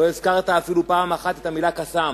לא הזכרת אפילו פעם אחת את המלה "קסאם",